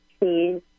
please